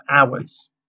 hours